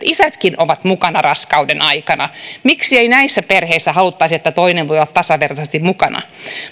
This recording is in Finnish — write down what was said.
isätkin ovat mukana raskauden aikana miksi ei näissä perheissä haluttaisi että toinen voi olla tasavertaisesti mukana